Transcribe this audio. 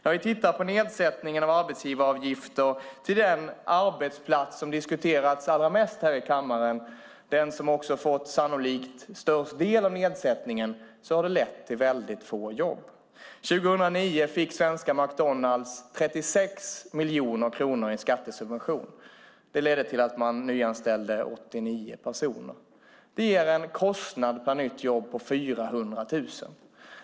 Vi har tittat på nedsättningen av arbetsgivaravgifter till den arbetsplats som har diskuterats allra mest här i kammaren och som också sannolikt fått störst del av nedsättningen, och det visar sig att den har lett till väldigt få jobb. År 2009 fick Svenska McDonalds 36 miljoner kronor i skattesubvention. Det ledde till att man nyanställde 89 personer. Det ger en kostnad på 400 000 per nytt jobb.